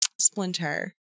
Splinter